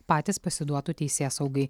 patys pasiduotų teisėsaugai